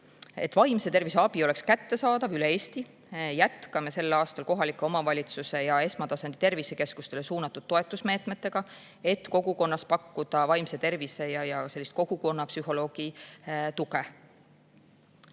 vaimse tervise abi oleks kättesaadav üle Eesti, jätkame sel aastal kohaliku omavalitsuse ja esmatasandi tervisekeskustele suunatud toetusmeetmetega, et kogukonnas pakkuda vaimse tervise ja kogukonnapsühholoogi tuge.